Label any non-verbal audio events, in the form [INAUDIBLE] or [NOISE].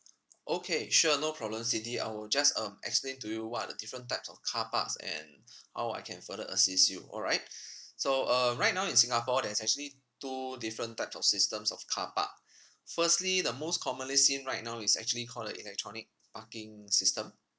okay sure no problem cindy I will just um explain to you what are the different types of car parks and [BREATH] how I can further assist you alright [BREATH] so uh right now in singapore there's actually two different types of systems of car park [BREATH] firstly the most commonly seen right now is actually called the electronic parking system